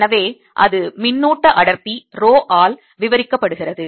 எனவே அது மின்னூட்ட அடர்த்தி rho ஆல் விவரிக்கப்படுகிறது